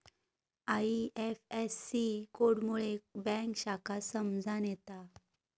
IFSC code मुळे bank शाखा समजान येता